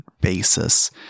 basis